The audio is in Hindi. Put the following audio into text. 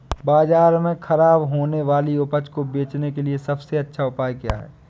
बाज़ार में खराब होने वाली उपज को बेचने के लिए सबसे अच्छा उपाय क्या हैं?